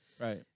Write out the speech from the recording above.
Right